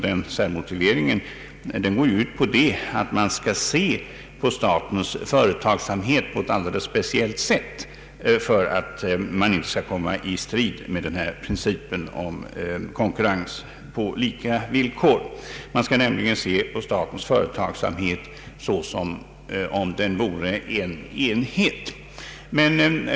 Denna särmotivering går ut på att man skall se statens företagsamhet på ett alldeles speciellt sätt för att man inte skall komma i strid med principen om konkurrens på lika villkor. Man skall nämligen se på statens företagsamhet som om den vore en enhet.